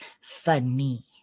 funny